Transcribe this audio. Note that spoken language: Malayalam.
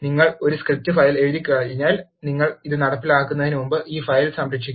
നിങ്ങൾ ഒരു സ്ക്രിപ്റ്റ് ഫയൽ എഴുതിയുകഴിഞ്ഞാൽ നിങ്ങൾ ഇത് നടപ്പിലാക്കുന്നതിനുമുമ്പ് ഈ ഫയൽ സംരക്ഷിക്കണം